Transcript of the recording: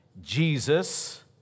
Jesus